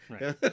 Right